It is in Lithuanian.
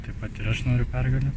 taip pat ir aš noriu pergalės